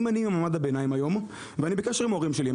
אם אני ממעמד הביניים היום ואני בקשר עם ההורים שלי.